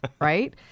right